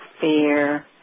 fear